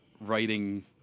writing